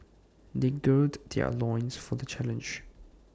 they gird their loins for the challenge